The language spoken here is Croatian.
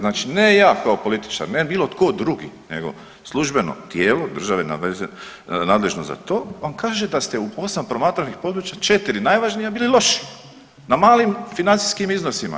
Znači ne ja kao političar, ne bilo tko drugi, nego službeno tijelo, države nadležno za to vam kaže da se u osam promatranih područja četiri najvažnija bili loši na malim financijskim iznosima.